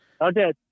Okay